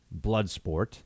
Bloodsport